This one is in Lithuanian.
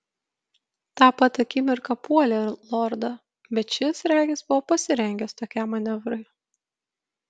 tą pat akimirką puolė lordą bet šis regis buvo pasirengęs tokiam manevrui